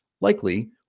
likely